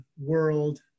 world